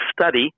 study